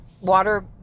water